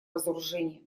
разоружения